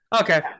okay